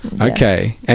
Okay